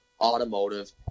automotive